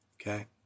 Okay